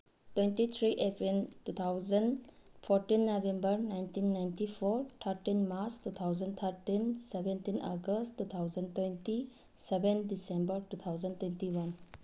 twenty three April two thousand fourteen November nineteen ninety four thirteen March two thousand thirteen seventeen August two thousand twenty seven December two thousand twenty one